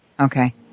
Okay